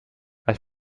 als